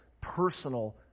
personal